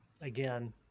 again